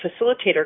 facilitator